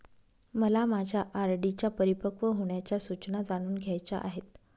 मला माझ्या आर.डी च्या परिपक्व होण्याच्या सूचना जाणून घ्यायच्या आहेत